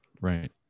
right